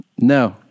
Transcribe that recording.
No